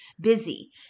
busy